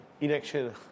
Inaction